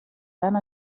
tant